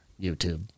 YouTube